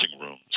rooms